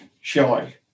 shy